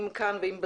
אם כאן ואם בזום,